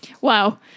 Wow